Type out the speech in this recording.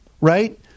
right